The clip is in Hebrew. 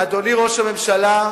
אדוני ראש הממשלה,